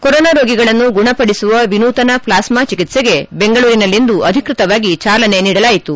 corona ರೋಗಿಗಳನ್ನು ಗುಣಪಡಿಸುವ ವಿನೂತನ ಪ್ಲಾಸ್ನಾ ಚಿಕಿತ್ಸೆಗೆ ಬೆಂಗಳೂರಿನಲ್ಲಿಂದು ಅಧಿಕೃತವಾಗಿ ಚಾಲನೆ ನೀಡಲಾಯಿತು